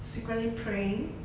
secretly praying